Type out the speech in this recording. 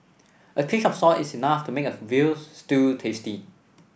a pinch of salt is enough to make a veal stew tasty